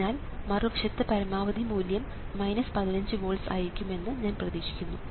അതിനാൽ മറുവശത്ത് പരമാവധി മൂല്യം 15 വോൾട്സ് ആയിരിക്കുമെന്ന് ഞാൻ പ്രതീക്ഷിക്കുന്നു